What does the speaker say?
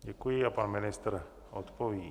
Děkuji a pan ministr odpoví.